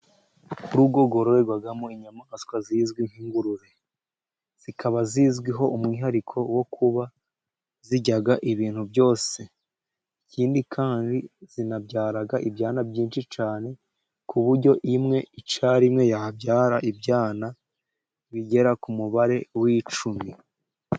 Urugo rwororerwamo inyamaswa zizwi nk'ingurube, zikaba zizwiho umwihariko wo kuba zirya ibintu byose. Ikindi kandi zinabyara ibyana byinshi cyane ku buryo imwe icyarimwe yabyara ibyana bigera ku mubare w'icumi.